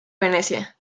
venecia